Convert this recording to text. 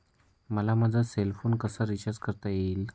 मला माझा cell phone कसा रिचार्ज करता येईल?